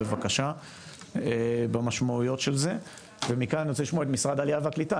באשר למשמעויות של זה ואחר כך אני רוצה לשמוע את משרד העלייה והקליטה,